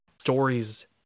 stories